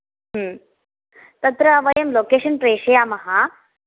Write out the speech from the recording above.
हं तत्र वयं लोकेषन् प्रेशयामः